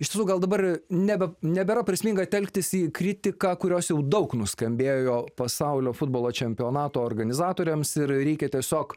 iš tiesų gal dabar net nebėra prasminga telktis į kritiką kurios jau daug nuskambėjo pasaulio futbolo čempionato organizatoriams ir reikia tiesiog